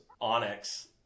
Onyx